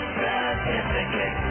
certificate